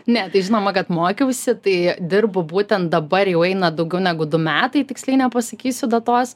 ne tai žinoma kad mokiausi tai dirbu būtent dabar jau eina daugiau negu du metai tiksliai nepasakysiu datos